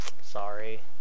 sorry